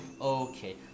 Okay